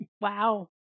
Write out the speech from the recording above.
Wow